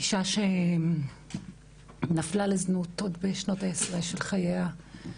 אישה שנפלה לזנות עוד בשנות העשרה של חייה.